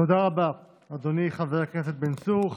תודה רבה, אדוני חבר הכנסת בן צור.